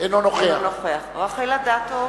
אינו נוכח רחל אדטו,